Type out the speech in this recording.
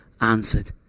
answered